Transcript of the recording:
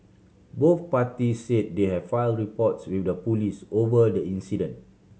both party said they have file reports with the police over the incident